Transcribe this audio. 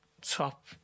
top